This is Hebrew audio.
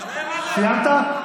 סיימת?